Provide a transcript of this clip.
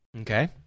Okay